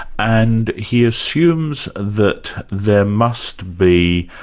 and he assumes that there must be.